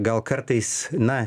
gal kartais na